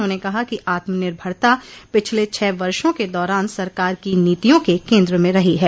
उन्होंने कहा कि आत्म निर्भरता पिछले छह वर्षों के दौरान सरकार की नीतियों के केन्द्र में रही है